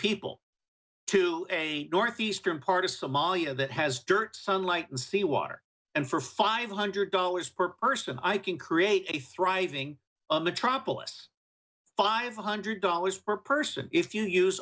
people to a northeastern part of somalia that has dirt sunlight and sea water and for five hundred dollars per first and i can create a thriving metropolis five hundred dollars per person if you use